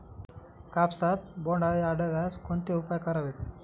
कापसात बोंडअळी आढळल्यास कोणते उपाय करावेत?